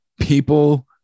People